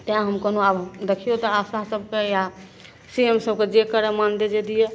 तेँ हम कहलहुँ आब देखिऔ तऽ आशा सभकेँ या सी एम सभकेँ जे करै मानदेय दै दिए